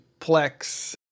Plex